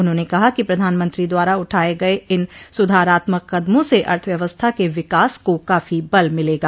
उन्होंने कहा कि प्रधानमंत्री द्वारा उठाये गये इन सुधारात्मक कदमों से अर्थव्यवस्था के विकास को काफी बल मिलेगा